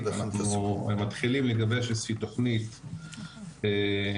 אנחנו מתחילים לגבש איזו שהיא תכנית עבודה,